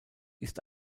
ist